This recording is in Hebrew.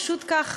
פשוט כך,